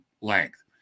length